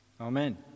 amen